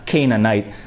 Canaanite